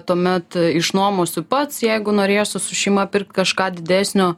tuomet išnuomosiu pats jeigu norėsiu su šeima pirkt kažką didesnio